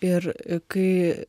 ir kai